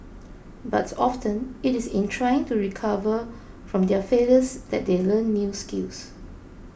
but often it is in trying to recover from their failures that they learn new skills